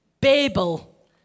Babel